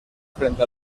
frente